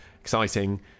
exciting